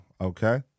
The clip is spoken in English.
Okay